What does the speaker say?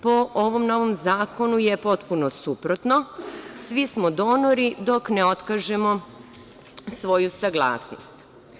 Po ovom novom zakonu je potpuno suprotno, svi smo donori dok ne otkažemo svoju saglasnost.